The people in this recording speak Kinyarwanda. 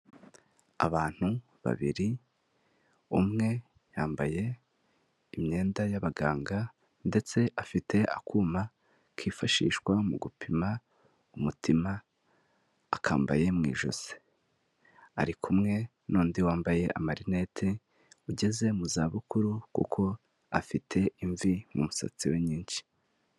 Abantu babiri umwe yambaye imyenda y'abaganga ndetse afite akuma kifashishwa mu gupima umutima akambaye mu ijosi, ari kumwe n'undi wambaye amarinete ugeze mu za bukuru kuko afite imvi mu musatsi we nyinshi.